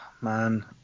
Man